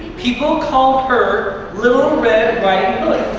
people called her little red riding